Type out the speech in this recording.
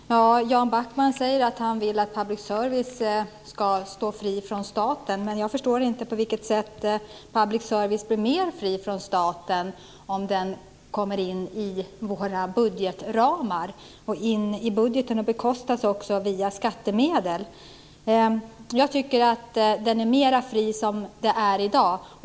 Fru talman! Jan Backman säger att han vill att public service ska stå fri från staten. Men jag förstår inte på vilket sätt public service blir mer fri från staten om den kommer in i våra budgetramar och in i budgeten och även bekostas via skattemedel. Jag tycker att den är mer fri som det är i dag.